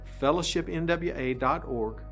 fellowshipnwa.org